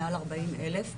מעל ארבעים אלף.